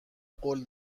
قول